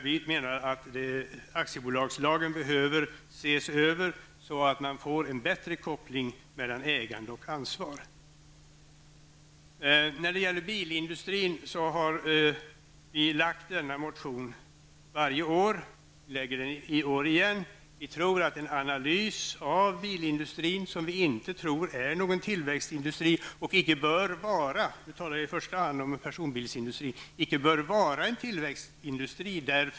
Vi menar att aktiebolagslagen behöver ses över, så att man får en bättre koppling mellan ägande och ansvar. Bilindustrin har vi motionerat om varje år, och det gör vi i år igen. Vi tror inte att bilindustrin är någon tillväxtindustri och vi anser att den inte heller bör vara det -- jag talar i första hand om personbilsindustrin.